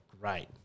great